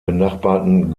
benachbarten